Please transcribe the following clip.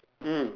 mm